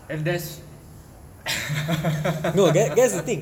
and that's